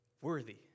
Worthy